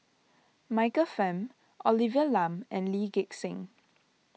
Michael Fam Olivia Lum and Lee Gek Seng